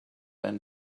and